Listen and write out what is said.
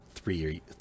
three